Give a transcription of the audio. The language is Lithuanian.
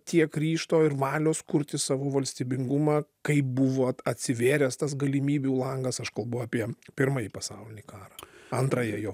tiek ryžto ir valios kurti savo valstybingumą kaip buvo at atsivėręs tas galimybių langas aš kalbu apie pirmąjį pasaulinį karą antrąją jo